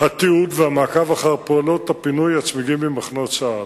התיעוד והמעקב אחר פעולות פינוי הצמיגים ממחנות צה"ל.